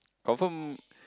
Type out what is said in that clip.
confirm